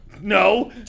No